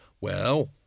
Well